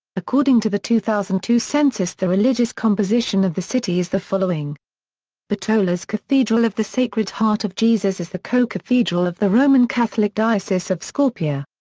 according to the two thousand and two census the religious composition of the city is the following bitola's cathedral of the sacred heart of jesus is the co-cathedral of the roman catholic diocese of skopje.